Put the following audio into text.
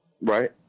right